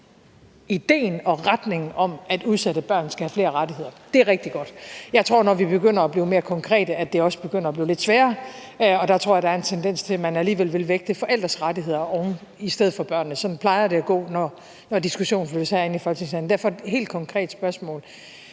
ideen og retningen om, at udsatte børn skal have flere rettigheder. Det er rigtig godt. Jeg tror, at det, når vi begynder at blive mere konkrete, også begynder at blive lidt sværere, og der tror jeg, der er en tendens til, at man alligevel vil vægte forældres rettigheder i stedet for børnenes. Sådan plejer det at gå, når diskussionen flyttes herind i Folketingssalen. Derfor har jeg et helt konkret spørgsmål,